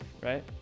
right